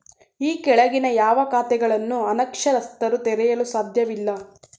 ಈ ಕೆಳಗಿನ ಯಾವ ಖಾತೆಗಳನ್ನು ಅನಕ್ಷರಸ್ಥರು ತೆರೆಯಲು ಸಾಧ್ಯವಿಲ್ಲ?